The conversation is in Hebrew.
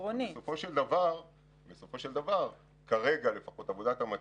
כרגע עבודת המטה,